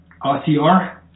OCR